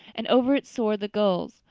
and over it soared the gulls,